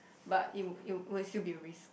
but it'll it'll it will still be a risk